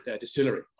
distillery